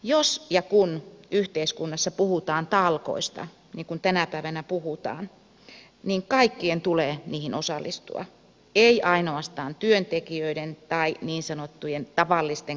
jos ja kun yhteiskunnassa puhutaan talkoista niin kuin tänä päivänä puhutaan niin kaikkien tulee niihin osallistua ei ainoastaan työntekijöiden tai niin sanottujen tavallisten kansalaisten